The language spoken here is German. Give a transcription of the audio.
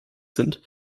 sind